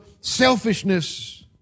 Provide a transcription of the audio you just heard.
selfishness